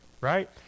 right